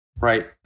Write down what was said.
right